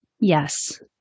Yes